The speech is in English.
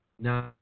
Now